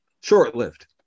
short-lived